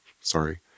sorry